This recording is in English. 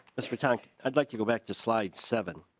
mister talk i'd like to go back to slight seven.